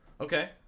okay